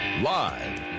Live